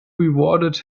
rewarded